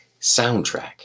soundtrack